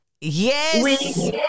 Yes